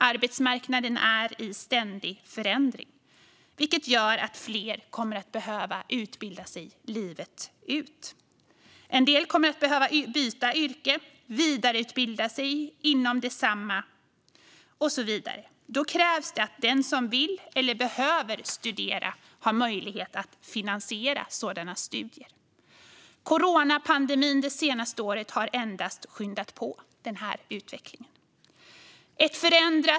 Arbetsmarknaden är i ständig förändring, vilket gör att fler kommer att behöva utbilda sig livet ut. En del kommer att behöva byta yrke, vidareutbilda sig inom detsamma och så vidare. Då krävs det att den som vill eller behöver studera har möjlighet att finansiera sådana studier. Coronapandemin det senaste året har endast skyndat på den här utvecklingen.